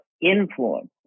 influence